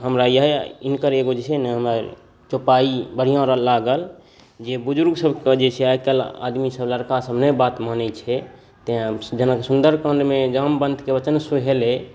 हमरा इएह हिनकर जे एगो छै ने इएह चौपाइ बढ़िआँ लागल जे बुज़ुर्गसभके जे आइकाल्हि आदमीसभ लड़कासभ नहि बात मानैत छै तेँ जेना सुन्दर काण्डमे जामवन्तके वचन सोहेलै